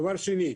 דבר שני,